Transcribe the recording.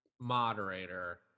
moderator